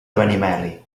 benimeli